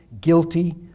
guilty